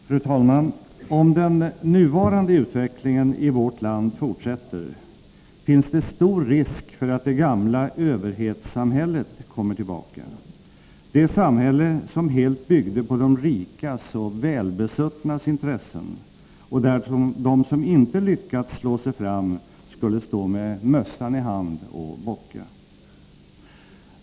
Fru talman! Om den nuvarande utvecklingen i vårt land fortsätter, finns det stor risk för att det gamla överhetssamhället kommer tillbaka, det samhälle som helt byggde på de rikas och välbesuttnas intressen och där de som inte lyckats slå sig fram skulle stå med mössan i hand och bocka.